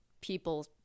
people